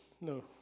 no